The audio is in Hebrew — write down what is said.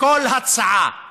כל הצעה,